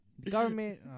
government